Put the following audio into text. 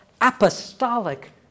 apostolic